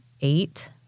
eight